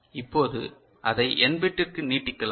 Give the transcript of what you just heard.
இப்போது அதை n பிட்டிற்கு நீட்டிக்கலாம்